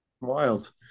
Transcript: Wild